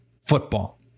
Football